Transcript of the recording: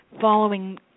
following